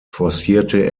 forcierte